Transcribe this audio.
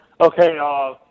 Okay